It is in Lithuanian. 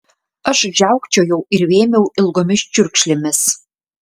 aš žiaukčiojau ir vėmiau ilgomis čiurkšlėmis